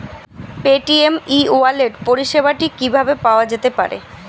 Paytm e wallet পরিষেবাটি কিভাবে পাওয়া যেতে পারে?